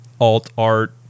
Alt-Art